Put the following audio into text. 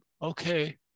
Okay